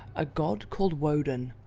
a god called woden,